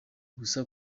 gusa